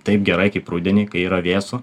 taip gerai kaip rudenį kai yra vėsu